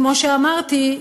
כמו שאמרתי,